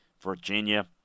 Virginia